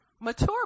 Mature